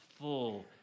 full